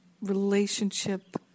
relationship